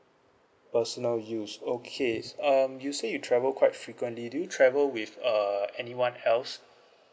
personal use okay s~ um you say you travel quite frequently do you travel with uh anyone else